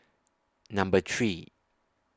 Number three